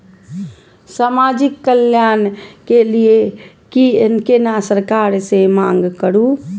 समाजिक कल्याण के लीऐ केना सरकार से मांग करु?